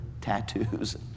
tattoos